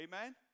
Amen